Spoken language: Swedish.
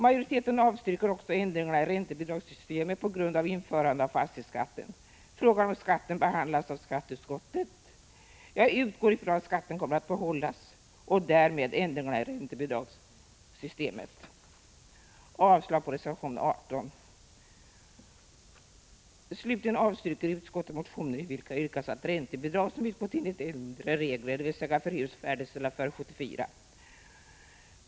Majoriteten avstyrker också ändringarna i räntebidragssystemet på grund av införande av fastighetsskatten. Frågan om skatten behandlas av skatteutskottet. Jag utgår från att skatten kommer att behållas och därmed ändringarna i räntebidragssystemet. Jag yrkar avslag på reservation 18. Slutligen avstyrker utskottet motioner, i vilka yrkas att räntebidrag som utgått enligt äldre regler, dvs. för hus färdigställda före 1974, avvecklas.